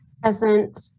Present